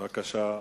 בבקשה.